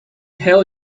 hell